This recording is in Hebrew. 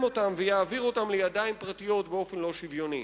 אותם ויעביר אותם לידיים פרטיות באופן לא שוויוני.